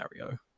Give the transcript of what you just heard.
Mario